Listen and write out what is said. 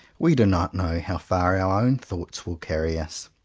we do not know how far our own thoughts will carry us.